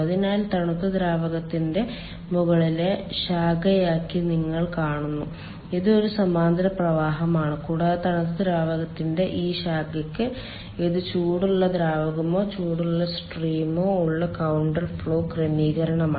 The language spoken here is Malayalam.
അതിനാൽ തണുത്ത ദ്രാവകത്തിന്റെ മുകളിലെ ശാഖയ്ക്കായി നിങ്ങൾ കാണുന്നു ഇത് ഒരു സമാന്തര പ്രവാഹമാണ് കൂടാതെ തണുത്ത ദ്രാവകത്തിന്റെ ഈ ശാഖയ്ക്ക് ഇത് ചൂടുള്ള ദ്രാവകമോ ചൂടുള്ള സ്ട്രീമോ ഉള്ള കൌണ്ടർ ഫ്ലോ ക്രമീകരണമാണ്